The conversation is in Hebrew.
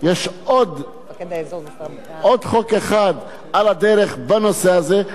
יש עוד חוק אחד על הדרך בנושא הזה,